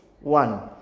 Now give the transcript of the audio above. one